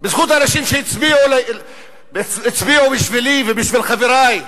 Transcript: בזכות אנשים שהצביעו בשבילי ובשביל חברי,